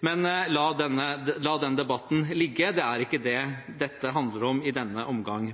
men la den debatten ligge. Det er ikke det dette handler om i denne omgang.